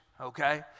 Okay